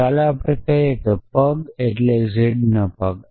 તો ચાલો આપણે કહી શકીએ કે પગ એટલે ઝેડના પગ